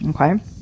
Okay